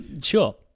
Sure